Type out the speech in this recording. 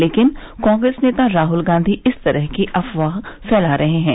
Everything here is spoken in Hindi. लेकिन कांग्रेस नेता राहुल गांधी इस तरह की अफवाह फैला रहे हें